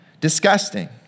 disgusting